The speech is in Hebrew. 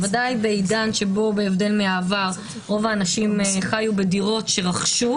בוודאי בעידן שבשונה מהעבר שרוב האנשים חיו בדירות שרכשו